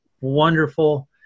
wonderful